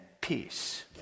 peace